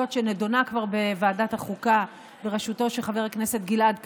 זאת שנדונה כבר בוועדת החוקה בראשותו של חבר הכנסת גלעד קריב.